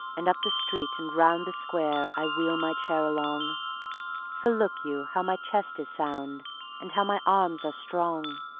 and up the street and round the square i wheel my chair along for look you, how my chest is sound and how my arms are strong!